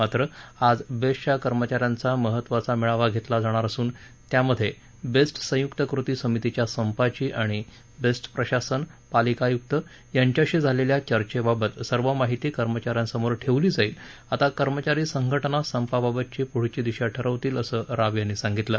मात्र आज बेस्टच्या कर्मचाऱ्यांचा महत्वाचा मेळावा घेतला जाणार असून त्यामध्ये बेस्ट संयुक्त कृती समितीच्या संपाची आणि बेस्ट प्रशासन पालिका आयुक्त यांच्याशी झालेल्या चर्चेबाबत सर्व माहिती कर्मचाऱ्यांसमोर ठेवली जाईल आता कर्मचारी संघटनाच संपाबाबतची पुढची दिशा ठरवतीलअसं राव यांनी सांगितलं